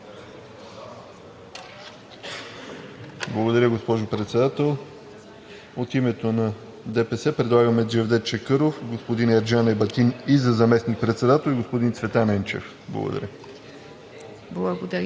Благодаря, госпожо Председател. От името на ДПС предлагаме господин Джевдет Чакъров, господин Ерджан Ебатин за заместник-председател и господин Цветан Енчев. Благодаря.